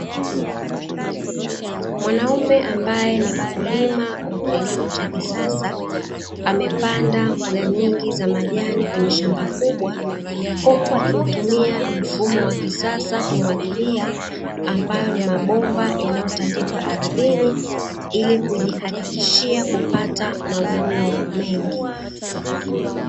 Mwanaume ambaye ni mkulima wa kilimo cha kisasa, amepanda mboga nyingi za majani kwenye shamba kubwa. Huku akitumia mfumo wa kisasa kumwagilia, ambayo ni mabomba yanayotandikwa ardhini ili kujihakikishia kupata mavuno mengi.